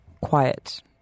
quiet